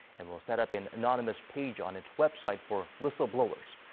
and will set up an anonymous page on its website for whistleblowers.